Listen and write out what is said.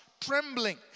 trembling